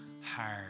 hard